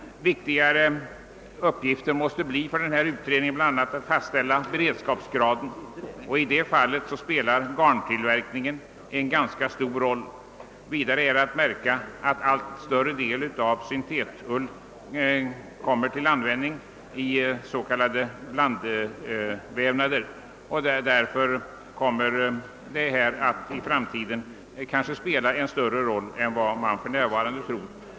Viktiga uppgifter för denna utredning måste bli bl.a. att fastställa beredskapsgraden, och i det avseendet spelar garntillverkningen ganska stor roll. Vidare är att märka att allt större del av syntetull kommer till användning i s.k. blandvävnader, varför de ändringar i tulltaxan som nu vidtas kanske kommer att få större betydelse i framtiden än vad man för närvarande tror.